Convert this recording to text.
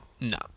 no